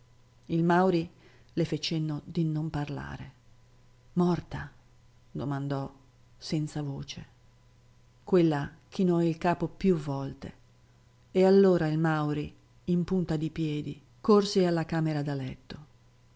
il mauri le fe cenno di non parlare morta domandò senza voce quella chinò il capo più volte e allora il mauri in punta di piedi corse alla camera da letto